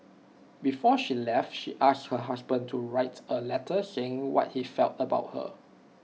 before she left she asked her husband to write A letter saying what he felt about her